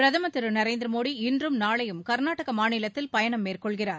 பிரதமர் திரு நரேந்திர மோடி இன்றும் நாளையும் கர்நாடக மாநிலத்தில் பயணம் மேற்கொள்கிறார்